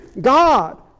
God